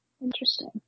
interesting